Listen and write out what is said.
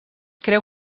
creu